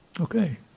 okay